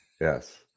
Yes